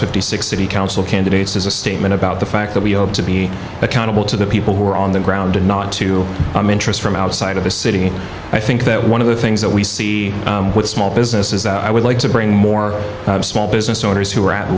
fifty six city council candidates is a statement about the fact that we hope to be accountable to the people who are on the ground and not to interest from outside of the city and i think that one of the things that we see with small business is that i would like to bring more small business owners who are at